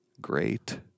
great